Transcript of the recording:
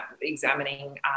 examining